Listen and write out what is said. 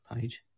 page